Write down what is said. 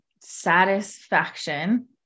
Satisfaction